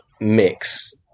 mix